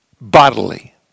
bodily